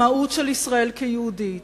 המהות של ישראל כמדינה יהודית,